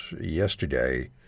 yesterday